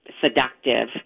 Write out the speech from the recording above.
seductive